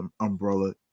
umbrella